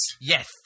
Yes